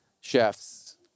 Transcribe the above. chefs